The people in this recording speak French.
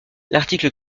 l’article